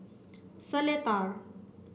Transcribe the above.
Seletar